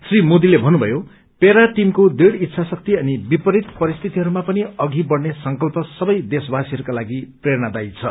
श्री मोदीले भन्नुभयो पैरा टीमको दृढ़ इच्छा शक्ति अनि विपरीत परिस्थितिहरूमा पनि अघ वढ़ने संकल्प सवे देशवासीहरूका लागि प्ररणादायी छ